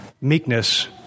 Meekness